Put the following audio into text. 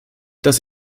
das